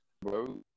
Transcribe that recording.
bro